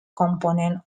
component